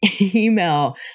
email